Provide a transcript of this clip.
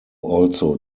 also